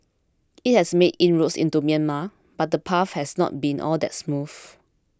it has made inroads into Myanmar but the path has not been all that smooth